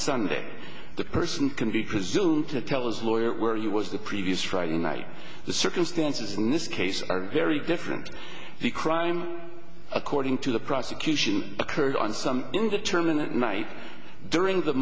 sunday the person can be presumed to tell as lawyer were you was the previous friday night the circumstances in this case are very different the crime according to the prosecution occurred on some indeterminate night during the